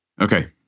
Okay